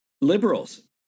liberals